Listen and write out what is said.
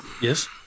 Yes